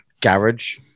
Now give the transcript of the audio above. Garage